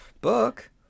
Book